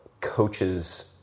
coaches